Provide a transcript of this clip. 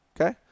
Okay